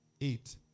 eight